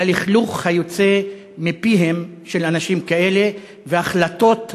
ללכלוך היוצא מפיהם של אנשים כאלה ולהחלטות נלוזות,